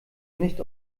nicht